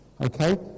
okay